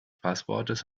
passwortes